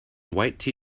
white